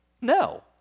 No